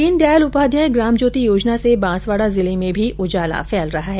दीनदयाल उपाध्याय ग्राम ज्योति योजना से बांसवाडा जिले में भी उजाला फैल रहा है